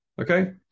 Okay